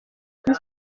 kuri